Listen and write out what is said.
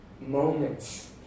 moments